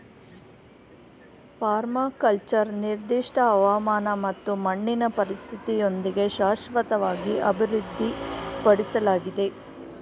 permaculture ನಿರ್ದಿಷ್ಟ ಹವಾಮಾನ ಮತ್ತು ಮಣ್ಣಿನ ಪರಿಸ್ಥಿತಿಯೊಂದಿಗೆ ಶಾಶ್ವತವಾಗಿ ಅಭಿವೃದ್ಧಿಪಡ್ಸಲಾಗಿದೆ